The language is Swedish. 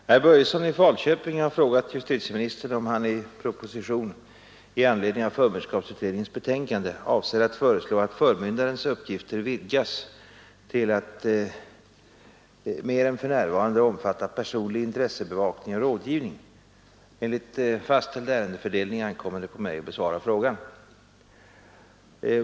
Herr talman! Herr Börjesson i Falköping har frågat justitieministern om han i proposition i anledning av förmynderskapsutredningens betänkande avser att föreslå att förmyndarens uppgifter vidgas till att mer än för närvarande omfatta personlig intressebevakning och rådgivning. Enligt fastställd ärendefördelning ankommer det på mig att besvara frågan.